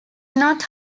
not